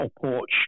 porch